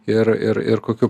ir ir ir kokiu